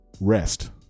rest